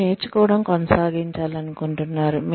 మీరు నేర్చుకోవడం కొనసాగించాలనుకుంటున్నారు